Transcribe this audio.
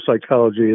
psychology